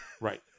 Right